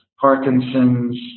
Parkinson's